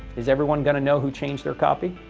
is everyone going to know who changed their copy?